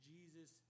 Jesus